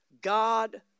God